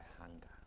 hunger